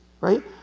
right